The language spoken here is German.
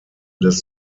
des